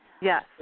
Yes